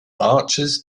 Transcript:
archers